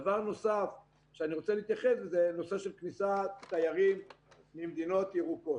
דבר נוסף שאני רוצה להתייחס אליו הוא נושא כניסת תיירים ממדינות ירוקות.